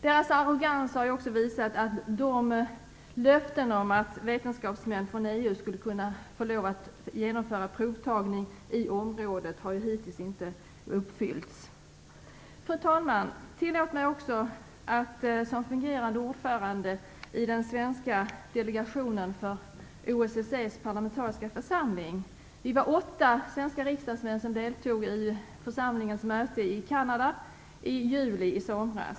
Deras arrogans har också visat att de löften om att vetenskapsmän från EU skulle få genomföra provtagningar i området hittills inte har uppfyllts. Fru talman! Tillåt mig också att tala som fungerande ordförande i den svenska delegationen i OSSE:s parlamentariska församling. Vi var åtta svenska riksdagsledamöter som deltog i församlingens möte i Kanada i juli.